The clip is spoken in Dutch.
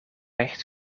echt